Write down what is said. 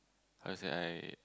how to say I